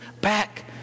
back